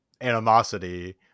animosity